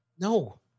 No